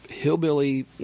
hillbilly